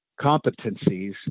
competencies